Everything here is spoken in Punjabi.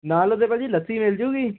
ਨਾਲ ਉਹਦੇ ਭਾਅ ਜੀ ਲੱਸੀ ਮਿਲਜੂਗੀ